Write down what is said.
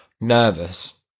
nervous